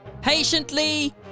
patiently